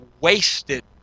wasted